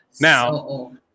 now